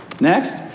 Next